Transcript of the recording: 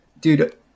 dude